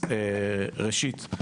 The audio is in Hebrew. ראשית,